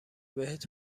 بهت